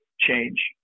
change